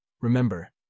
Remember